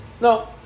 No